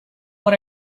what